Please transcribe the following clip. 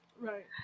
right